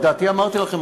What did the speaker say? את דעתי אמרתי לכם,